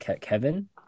Kevin